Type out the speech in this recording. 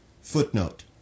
footnote